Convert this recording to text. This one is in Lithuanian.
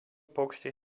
paukščiai